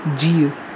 जीउ